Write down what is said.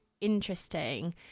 interesting